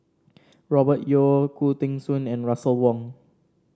Robert Yeo Khoo Teng Soon and Russel Wong